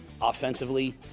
offensively